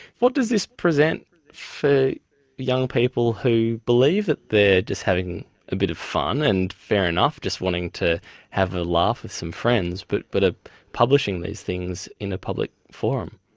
what does this present for young people who believe that they're just having a bit of fun, and fair enough, just wanting to have a laugh with some friends, but are but ah publishing these things in a public forum?